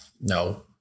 No